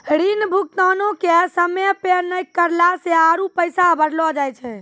ऋण भुगतानो के समय पे नै करला से आरु पैसा बढ़लो जाय छै